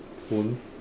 phone